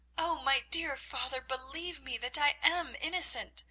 oh, my dear father, believe me that i am innocent.